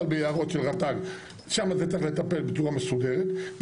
ביערות של רט"ג שם צריך לטפל בצורה מסודרת,